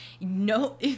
No